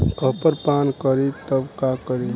Copper पान करी तब का करी?